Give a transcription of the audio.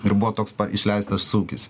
ir buvo toks pa išleistas šūkis